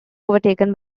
overtaken